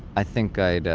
i think i